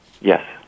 Yes